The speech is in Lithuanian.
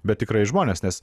bet tikrai žmonės nes